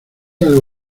algo